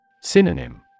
Synonym